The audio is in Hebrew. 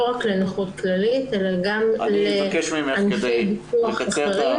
לא רק לנכות כללית אלא גם לענפי ביטוח אחרים,